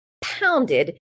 pounded